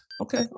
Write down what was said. okay